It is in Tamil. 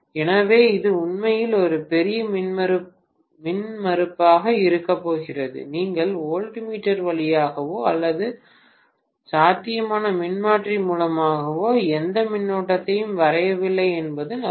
எனவே இது உண்மையில் ஒரு பெரிய மின்மறுப்பாக இருக்கப் போகிறது நீங்கள் வோல்ட்மீட்டர் வழியாகவோ அல்லது சாத்தியமான மின்மாற்றி மூலமாகவோ எந்த மின்னோட்டத்தையும் வரையவில்லை என்பது நல்லது